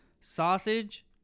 sausage